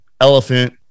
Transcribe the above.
elephant